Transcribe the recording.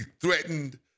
threatened